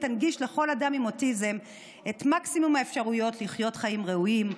ותנגיש לכל אדם עם אוטיזם את מקסימום האפשרויות לחיות חיים ראויים,